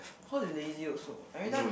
cause they lazy also everytime